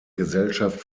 gesellschaft